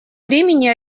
времени